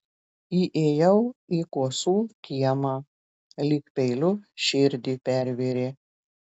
įėjau į kuosų kiemą lyg peiliu širdį pervėrė